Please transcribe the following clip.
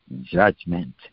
Judgment